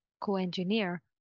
Co-engineer